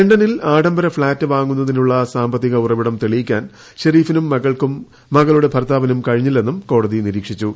ലണ്ടനിൽ ആഡംബര ഫ്ളാറ്റ് വാങ്ങുന്നതിനുള്ളി സാമ്പത്തിക ഉറവിടം തെളിയിക്കാൻ ഷെരീഫിനും മകുൾക്കും മകളുടെ ഭർത്താവിനും കഴിഞ്ഞില്ലെന്നും കോടതി ുനീരീക്ഷിച്ചു